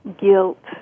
guilt